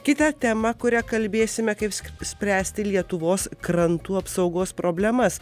kita tema kuria kalbėsime kaip viską spręsti lietuvos krantų apsaugos problemas